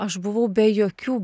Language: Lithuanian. aš buvau be jokių